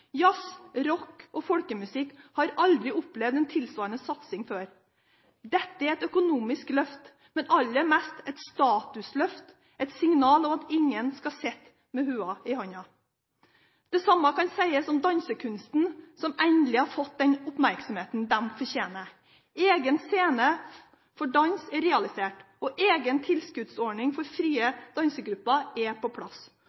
Jazz, rock og folkemusikk har aldri opplevd en tilsvarende satsing før. Dette er et økonomisk løft, men aller mest er det et statusløft – et signal om at ingen skal stå med lua i hånden. Det samme kan sies om dansekunsten, som endelig har fått den oppmerksomheten den fortjener. En egen scene for dans er realisert, og en egen tilskuddsordning for frie dansegrupper er på plass.